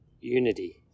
unity